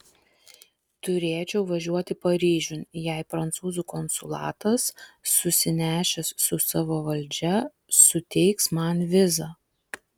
turėčiau važiuoti paryžiun jei prancūzų konsulatas susinešęs su savo valdžia suteiks man vizą